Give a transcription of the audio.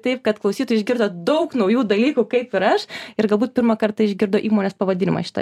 taip kad klausytojai išgirdo daug naujų dalykų kaip ir aš ir galbūt pirmą kartą išgirdo įmonės pavadinimą šitą